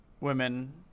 women